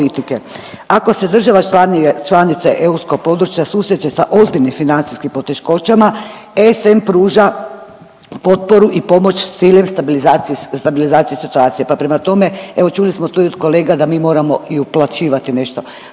Ako se država članica europskog područja susreće sa ozbiljnim financijskim poteškoćama SM pruža potporu i pomoć s ciljem stabilizacije situacije, pa prema tome evo čuli smo tu i od kolega da mi moramo i uplaćivati nešto.